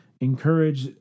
encourage